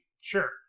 Sure